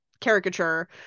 caricature